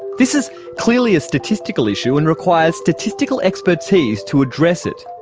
this is clearly a statistical issue and requires statistical expertise to address it.